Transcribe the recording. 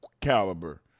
caliber